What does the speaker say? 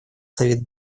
совет